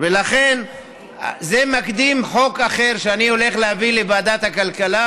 זה מקדים חוק אחר שאני הולך להביא לוועדת הכלכלה,